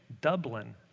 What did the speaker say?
Dublin